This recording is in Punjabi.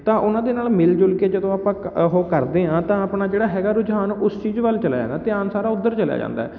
ਤਾਂ ਉਹਨਾਂ ਦੇ ਨਾਲ ਮਿਲ ਜੁਲ ਕੇ ਜਦੋਂ ਆਪਾਂ ਕ ਉਹ ਕਰਦੇ ਹਾਂ ਤਾਂ ਆਪਣਾ ਜਿਹੜਾ ਹੈਗਾ ਰੁਝਾਨ ਉਸ ਚੀਜ਼ ਵੱਲ ਚਲਿਆ ਜਾਂਦਾ ਧਿਆਨ ਸਾਰਾ ਉੱਧਰ ਚਲਿਆ ਜਾਂਦਾ